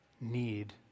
need